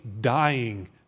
dying